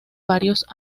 varios